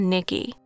Nikki